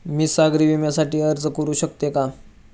मी सागरी विम्यासाठी अर्ज करू शकते का?